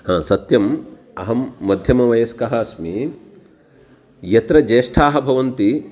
हा सत्यम् अहं मध्यमवयस्कः अस्मि यत्र ज्येष्ठाः भवन्ति